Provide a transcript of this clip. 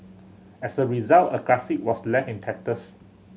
as a result a classic was left in tatters